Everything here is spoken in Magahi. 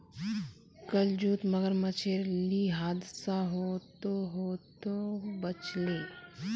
कल जूत मगरमच्छेर ली हादसा ह त ह त बच ले